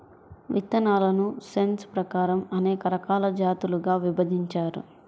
విత్తనాలను సైన్స్ ప్రకారం అనేక రకాల జాతులుగా విభజించారు